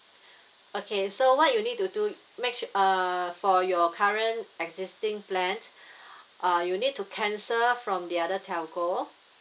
okay so what you need to do make sure uh for your current existing plans uh you need to cancel from the other telco